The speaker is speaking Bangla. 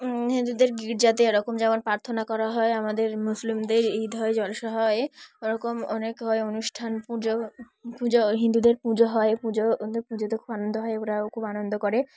হিন্দুদের গির্জাতে এরকম যেমন প্রার্থনা করা হয় আমাদের মুসলিমদের ঈদ হয় জলশা হয় ওরকম অনেক হয় অনুষ্ঠান পুজো পুজো হিন্দুদের পুজো হয় পুজো ওদের পুজোতে খুব আনন্দ হয় ওরাও খুব আনন্দ করে